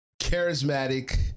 charismatic